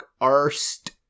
Arst